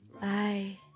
bye